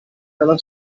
dalla